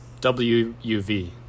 W-U-V